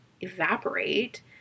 evaporate